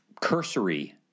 cursory